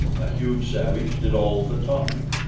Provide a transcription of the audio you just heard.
a huge savage did all the talking.